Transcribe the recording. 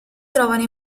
trovano